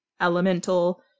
elemental